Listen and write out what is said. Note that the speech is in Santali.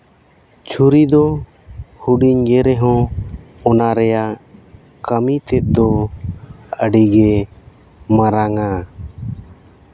ᱪᱷᱩᱨᱤ ᱫᱚ ᱦᱩᱰᱤᱧ ᱜᱮ ᱨᱮᱦᱚᱸ ᱚᱱᱟ ᱨᱮᱭᱟᱜ ᱠᱟᱹᱢᱤ ᱛᱮᱫ ᱫᱚ ᱟᱹᱰᱤ ᱜᱮ ᱢᱟᱨᱟᱝ ᱟ